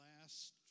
last